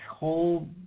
whole